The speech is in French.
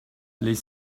les